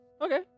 Okay